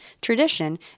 tradition